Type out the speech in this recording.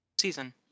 season